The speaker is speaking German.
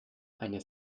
eine